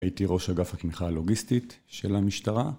הייתי ראש אגף התמיכה הלוגיסטית של המשטרה